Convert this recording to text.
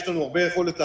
יש לנו הרבה יכולת לעשות.